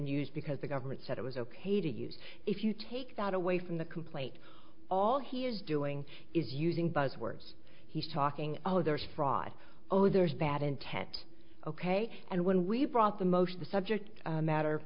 used because the government said it was ok to use if you take that away from the complaint all he is doing is using buzz words he's talking of there's fraud oh there's bad intent ok and when we brought the most the subject matter